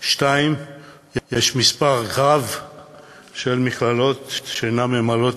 2. יש מספר רב של מכללות שאינן ממלאות